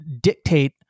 dictate